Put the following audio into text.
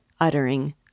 uttering